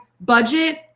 budget